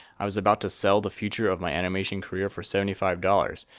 i was about to sell the future of my animation career for seventy five dollars,